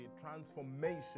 transformation